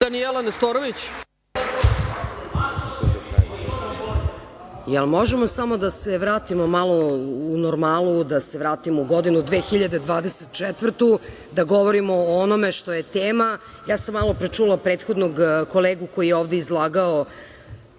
**Danijela Nestorović** Možemo li samo da se vratimo u normalu, da se vratimo u godinu 2024. da govorimo o onome što je tema? Malopre sam čula prethodnog kolegu koji je ovde izlagao